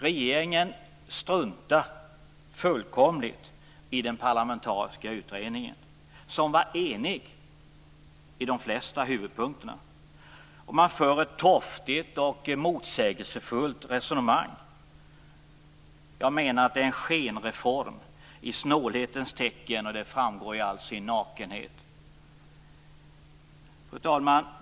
Regeringen struntar fullkomligt i den parlamentariska utredningen, som var enig i de flesta huvudpunkterna. Man för ett torftigt och motsägelsefullt resonemang. Jag menar att det är en skenreform i snålhetens tecken. Det framgår i all sin nakenhet. Fru talman!